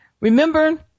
Remember